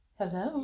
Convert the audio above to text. Hello